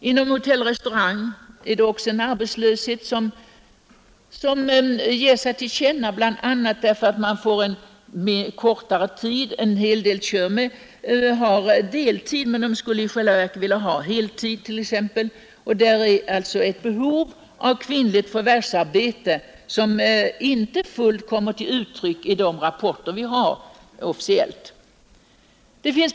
Inom hotelloch restaurangbranschen finns också en arbetslöshet som ger sig till känna bl.a. genom att man får kortare arbetstid. Många kvinnor arbetar t.ex. på deltid men skulle i själva verket vilja ha heltid. Där är det alltså en arbetslöshet som inte fullt kommer till uttryck i de officiella rapporterna.